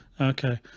Okay